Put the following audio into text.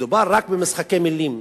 מדובר רק במשחקי מלים,